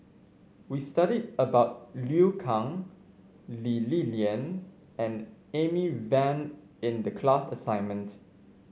we studied about Liu Kang Lee Li Lian and Amy Van in the class assignment